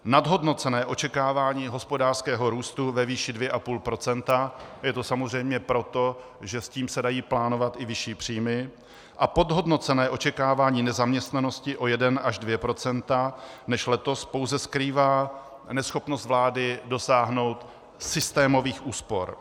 Nadhodnocené očekávání hospodářského růstu ve výši 2,5 % je to samozřejmě proto, že s tím se dají plánovat i vyšší příjmy, a podhodnocené očekávání nezaměstnanosti o 1 až 2 % než letos pouze skrývá neschopnost vlády dosáhnout systémových úspor.